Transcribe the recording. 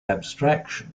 abstraction